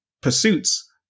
pursuits